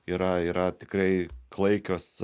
yra yra tikrai klaikios